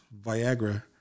Viagra